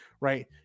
right